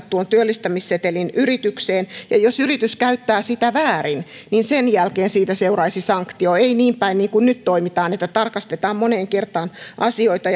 tuon työllistämissetelin yritykseen ja jos yritys käyttää sitä väärin niin sen jälkeen siitä seuraisi sanktio ei niin päin niin kuin nyt toimitaan että tarkastetaan moneen kertaan asioita